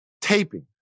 taping